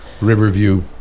Riverview